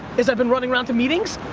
is i've been running around to meetings,